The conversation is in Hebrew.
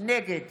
נגד